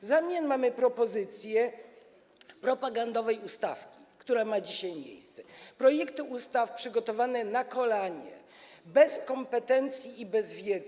W zamian mamy propozycję propagandowej ustawki, która ma dzisiaj miejsce - projekty ustaw przygotowane na kolanie, bez kompetencji i bez wiedzy.